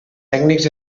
tècnics